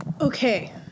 Okay